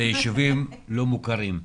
זה ישובים לא מוכרים.